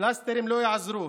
פלסטרים לא יעזרו.